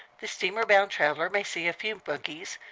the steamer-bound traveler may see a few monkeys,